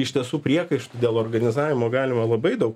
iš tiesų priekaištų dėl organizavimo galima labai daug